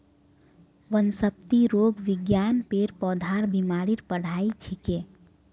वनस्पतिरोग विज्ञान पेड़ पौधार बीमारीर पढ़ाई छिके